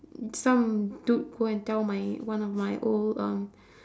some dude go and tell my one of my old um